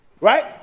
Right